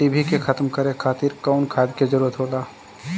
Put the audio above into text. डिभी के खत्म करे खातीर कउन खाद के जरूरत होला?